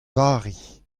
vari